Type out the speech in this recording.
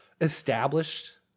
established